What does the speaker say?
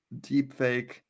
deepfake